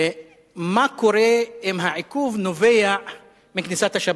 מה קורה אם העיכוב נובע מכניסת השבת.